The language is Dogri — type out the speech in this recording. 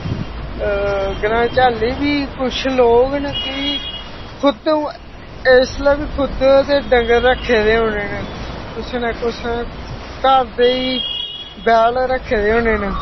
ग्राएं हाल्ली बी कुश लोग न कि इसलै बी खुद दे डंगर बी रक्खे होने कुसै ना कुसै घर दे ई बैल रक्खे दे होने न